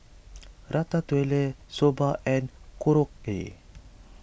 Ratatouille Soba and Korokke